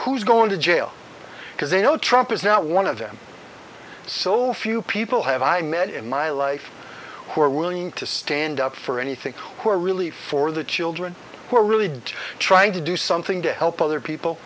who's going to jail because they know trump is not one of them so few people have i met in my life who are willing to stand up for anything who are really for the children who are really didn't try to do something to help other people